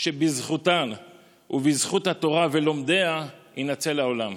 שבזכותן ובזכות התורה ולומדיה יינצל העולם.